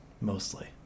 Mostly